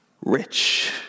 rich